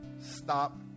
stop